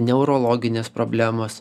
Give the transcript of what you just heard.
neurologinės problemos